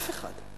אף אחד,